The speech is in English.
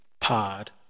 Pod